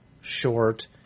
short